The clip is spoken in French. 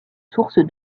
sources